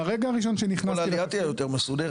מהרגע הראשון שנכנסתי לתפקיד --- כל העלייה תהיה יותר מסודרת,